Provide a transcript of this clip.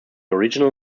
original